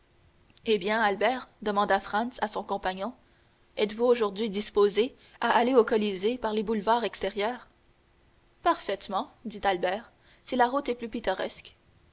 eh bien albert demanda franz à son compagnon êtes-vous toujours disposé à aller au colisée par les boulevards extérieurs parfaitement dit albert si la route est plus pittoresque